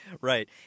right